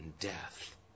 death